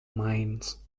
mines